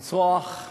לרצוח,